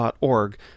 org